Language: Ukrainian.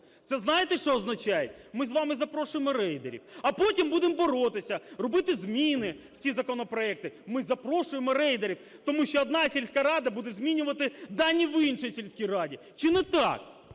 Це знаєте, що означає? Ми з вами запрошуємо рейдерів, а потім будемо боротися, робити зміни в ці законопроекти. Ми запрошуємо рейдерів. Тому що одна сільська рада буде змінювати дані в іншій сільській раді. Чи не так?